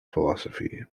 philosophy